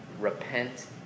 Repent